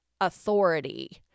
authority